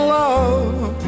love